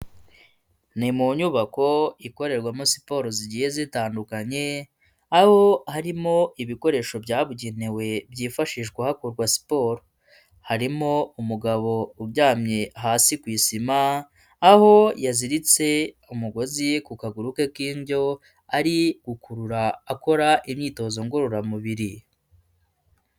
Ni mu nyubako ikorerwamo siporo zigiye zitandukanye aho harimo ibikoresho byabugenewe byifashishwa hakorwa siporo harimo umugabo uryamye hasi ku isima aho yaziritse umugozi ku kaguru ke k'indyo ari ukurura akora imyitozo ngororamubiri .